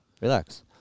Relax